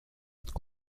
être